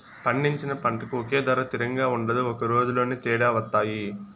పండించిన పంటకు ఒకే ధర తిరంగా ఉండదు ఒక రోజులోనే తేడా వత్తాయి